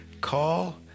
call